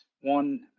one